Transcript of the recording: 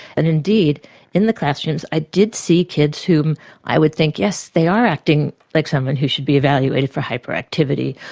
and indeed in the classrooms i did see kids whom i would think yes, they are acting like someone who should be evaluated for hyperactivity,